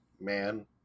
man